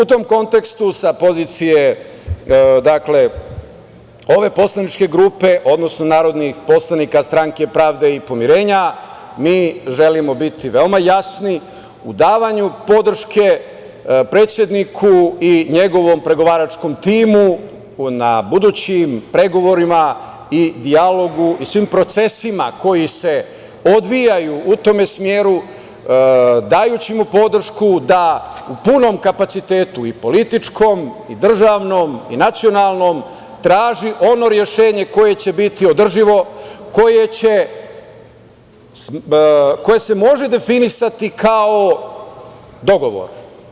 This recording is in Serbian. U tom kontekstu sa pozicije ove poslaničke grupe, odnosno narodni poslanika Stranke pravde i pomirenja mi želimo biti veoma jasni u davanju podrške predsedniku i njegovom pregovaračkom timu na budućim pregovorima i dijalogu i svim procesima koji se odvijaju u tom smeru dajući mu podršku da u punom kapacitetu i političkom, i državnom, i nacionalnom traži ono rešenje koje će biti održivo, koje se može definisati kao dogovor.